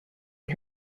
and